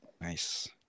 nice